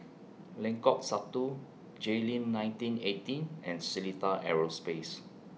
Lengkok Satu Jayleen nineteen eighteen and Seletar Aerospace